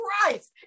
Christ